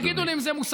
תגידו לי אם זה מוסרי.